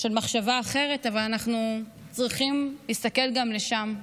של מחשבה אחרת, אבל אנחנו צריכים להסתכל גם לשם: